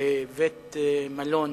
בבית-מלון